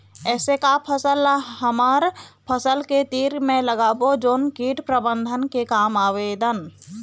ऐसे का फसल ला हमर फसल के तीर मे लगाबो जोन कीट प्रबंधन के काम आवेदन?